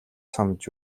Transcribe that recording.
санаж